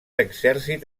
exèrcit